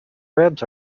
ribs